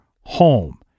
home